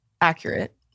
accurate